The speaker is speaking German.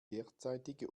derzeitige